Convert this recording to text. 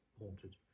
haunted